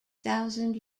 thousand